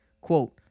quote